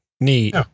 neat